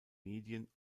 medien